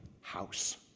house